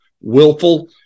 willful